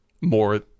more